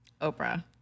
Oprah